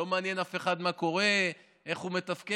לא מעניין אף אחד מה קורה, איך הוא מתפקד.